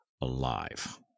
alive